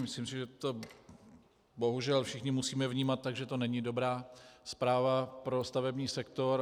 Myslím si, že to bohužel všichni musíme vnímat tak, že to není dobrá zpráva pro stavební sektor.